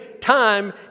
time